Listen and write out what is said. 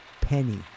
Penny